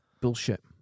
bullshit